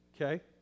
Okay